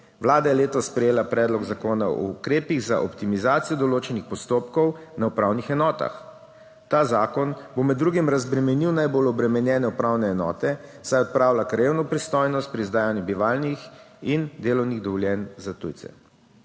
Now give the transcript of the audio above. Vlada je letos sprejela Predlog zakona o ukrepih za optimizacijo določenih postopkov na upravnih enotah. Ta zakon bo med drugim razbremenil najbolj obremenjene upravne enote, saj odpravlja krajevno pristojnost pri izdajanju bivalnih in delovnih dovoljenj za tujce.